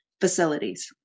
facilities